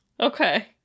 Okay